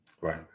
Right